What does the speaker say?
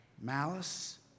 malice